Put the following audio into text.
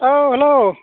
औ हेल'